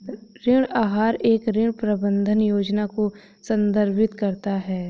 ऋण आहार एक ऋण प्रबंधन योजना को संदर्भित करता है